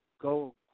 go